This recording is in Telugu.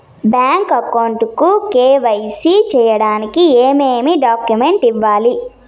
బ్యాంకు అకౌంట్ కు కె.వై.సి సేయడానికి ఏమేమి డాక్యుమెంట్ ఇవ్వాలి?